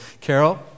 Carol